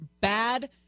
bad